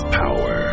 power